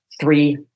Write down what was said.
Three